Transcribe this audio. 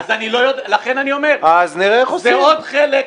אז נראה איך עושים.